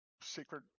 secret